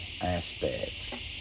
aspects